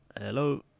Hello